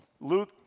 Luke